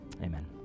amen